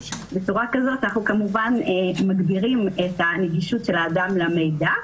בצורה כזאת אנחנו כמובן מגדירים את הנגישות של האדם למידע,